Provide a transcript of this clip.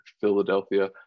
Philadelphia